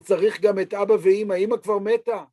צריך גם את אבא ואמא, אמא כבר מתה.